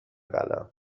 قلم